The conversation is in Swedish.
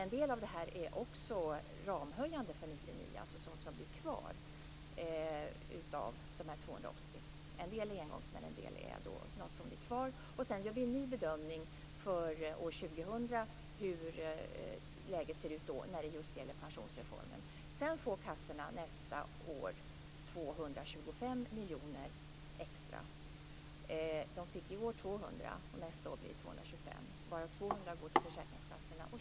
En del av det här är också ramhöjande för 1999, alltså sådant som blir kvar av de här 280 miljonerna. En del är en engångssumma men en del är sådant som blir kvar.